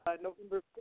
November